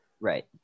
Right